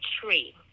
tree